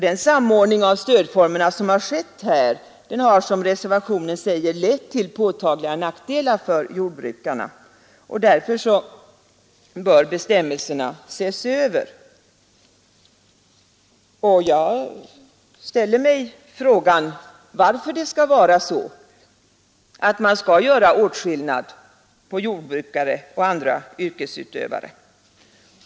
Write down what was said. Den samordning av stödformerna som skett har som reservanterna säger lett till påtagliga nackdelar för jordbrukarna, och därför bör bestämmelserna ses över. Jag frågar mig varför det skall vara så att man gör åtskillnad mellan jordbrukare och andra yrkesutövare.